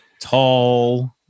Tall